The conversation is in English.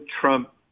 Trump